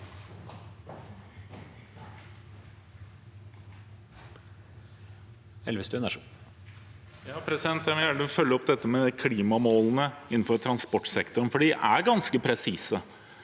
(V) Jeg vil gjerne følge opp dette med klimamålene innenfor transportsektoren, for de er ganske presise.